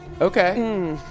okay